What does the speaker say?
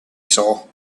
saw